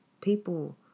People